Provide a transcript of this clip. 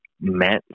meant